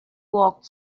walked